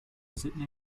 sydney